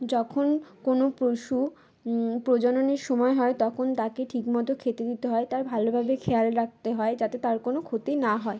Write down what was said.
যখন কোনো পশু প্রজননের সময় হয় তখন তাকে ঠিক মতো খেতে দিতে হয় তার ভালোভাবে খেয়াল রাখতে হয় যাতে তার কোনো ক্ষতি না হয়